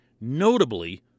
notably